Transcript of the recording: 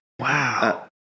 Wow